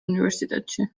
უნივერსიტეტში